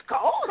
cold